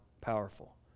powerful